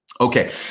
Okay